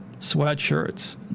sweatshirts